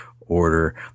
order